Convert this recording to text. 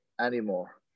anymore